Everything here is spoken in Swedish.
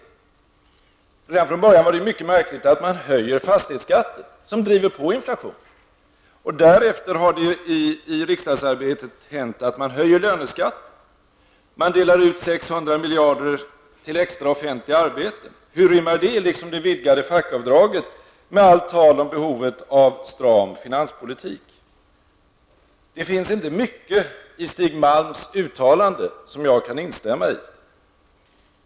Redan från början var det mycket märkligt att man höjde fastighetsskatten, något som driver på inflationen. Därefter höjer man genom riksdagsarbetet löneskatten, och man delar ut 600 milj.kr. till fler offentliga arbeten. Hur rimmar detta, liksom den vidgade rätten till avdrag för fackföreningsavgift, med allt tal om behovet av stram finanspolitik? Det finns inte mycket i Stig Malms uttalande som jag kan instämma i.